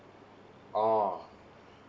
oh